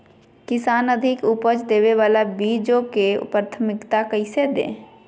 किसान अधिक उपज देवे वाले बीजों के प्राथमिकता कैसे दे?